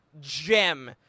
gem